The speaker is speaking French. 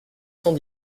cent